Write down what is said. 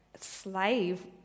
slave